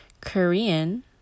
Korean